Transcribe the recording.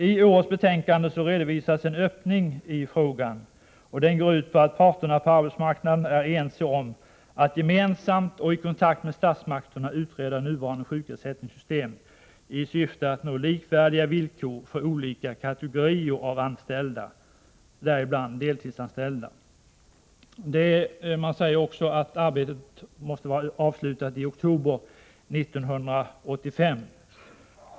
I årets betänkande redovisas en öppning i frågan, och den går ut på att parterna på arbetsmarknaden är ense om att gemensamt och i kontakt med statsmakterna utreda nuvarande sjukersättningssystem i syfte att nå likvärdiga villkor för olika kategorier anställda, däribland deltidsanställda. Man säger också att arbetet måste vara avslutat i oktober 1985.